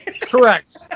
Correct